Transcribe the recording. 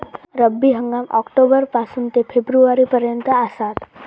रब्बी हंगाम ऑक्टोबर पासून ते फेब्रुवारी पर्यंत आसात